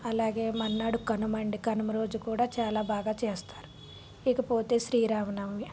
అలాగే మర్నాడు కనుమ కనుమ రోజు కూడా చాలా బాగా చేస్తారు ఇకపోతే శ్రీరామ నవమి